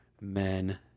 men